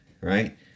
right